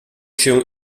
się